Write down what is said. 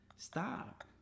Stop